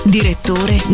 Direttore